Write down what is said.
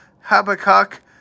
Habakkuk